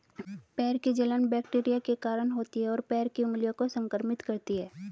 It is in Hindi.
पैर की जलन बैक्टीरिया के कारण होती है, और पैर की उंगलियों को संक्रमित करती है